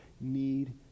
need